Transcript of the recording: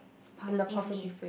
positively